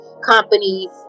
companies